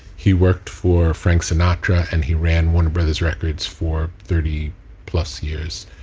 he worked for frank sinatra and he ran warner brothers records for thirty plus years.